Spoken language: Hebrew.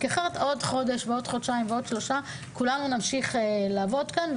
אחרת עוד חודשים יעברו וכולנו נמשיך לעבוד כאן,